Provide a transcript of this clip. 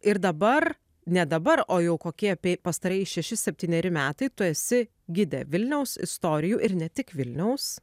ir dabar ne dabar o jau kokie apie pastarieji šeši septyneri metai tu esi gidė vilniaus istorijų ir ne tik vilniaus